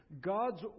God's